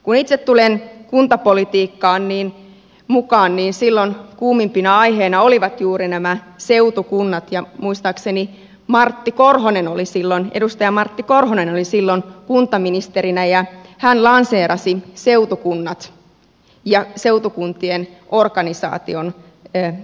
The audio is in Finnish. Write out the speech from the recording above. kun itse tulin kuntapolitiikkaan mukaan niin silloin kuumimpina aiheina olivat juuri nämä seutukunnat ja muistaakseni edustaja martti korhonen oli silloin edustaja martti korhonen isillä on kuntaministerinä ja hän lanseerasi seutukunnat ja seutukuntien organisaation suomeen